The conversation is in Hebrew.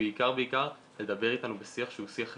ובעיקר בעיקר לדבר איתנו בשיח שהוא שיח חברתי,